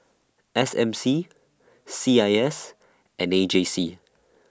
S M C C I S and A J C